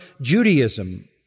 Judaism